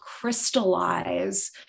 crystallize